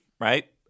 right